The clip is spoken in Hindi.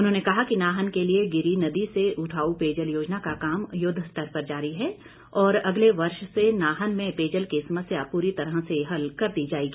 उन्होंने कहा कि नाहन के लिए गिरी नदी से उठाउ पेयजल योजना का काम युद्ध स्तर पर जारी है और अगले वर्ष से नाहन में पेयजल की समस्या पूरी तरह से हल कर दी जाएगी